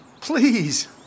Please